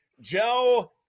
Joe